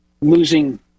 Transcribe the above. losing